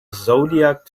zodiac